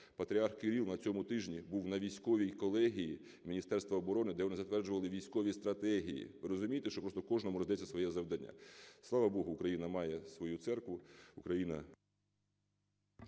Патріарх Кирил на цьому тижні був на військовій колегії Міністерства оборони, де вони затверджували військові стратегії. Розумієте, що просто кожному роздається своє завдання. Слава Богу, Україна має свою церкву.